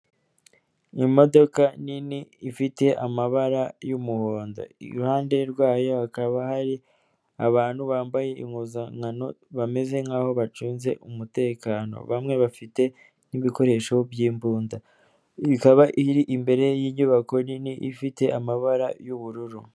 Imodoka nini, ifite amabara y'umuhondo. Iruhande rwayo hakaba hari abantu bambaye impuzankano, bameze nk'aho bacunze umutekano. Bamwe bafite n'ibikoresho by'imbunda. Ikaba iri imbere y'inyubako nini, ifite amabara y'ubururu.